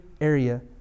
area